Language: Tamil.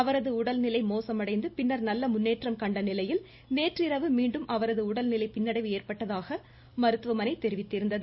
அவரது உடல்நிலை மோசமடைந்து பின்னர் நல்ல முன்னேற்றம் கண்ட நிலையில் நேற்றிரவு மீண்டும் அவரது உடல்நிலை பின்னடைவு ஏற்பட்டதாக மருத்துவமனை தெரிவித்திருந்தது